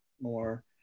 more